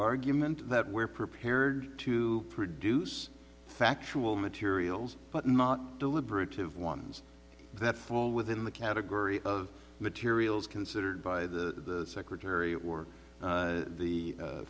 argument that we're prepared to produce factual materials but not deliberative ones that fall within the category of materials considered by the secretary or the